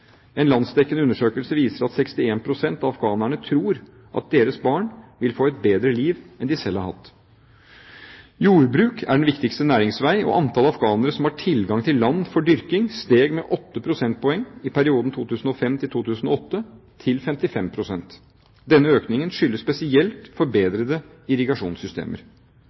En landsdekkende undersøkelse viser at 61 pst. av afghanerne tror at deres barn vil få et bedre liv enn de selv har hatt. Jordbruk er den viktigste næringsveien, og antallet afghanere som har tilgang til land for dyrking, steg med 8 prosentpoeng i perioden 2005–2008, til 55 pst. Denne økningen skyldes spesielt forbedrede irrigasjonssystemer.